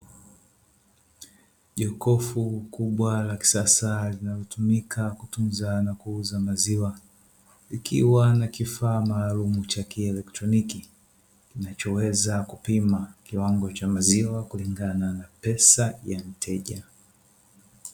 Jokofu kubwa la kisasa linalotumika kutunza na maziwa, likiwa na kifaa maalumu cha kielektroniki, kinachoweza kupima kiwango cha maziwa kulingana na pesa ya mteja.